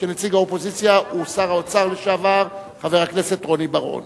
שר האוצר לומד מראש הממשלה,